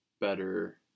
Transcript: better